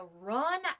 run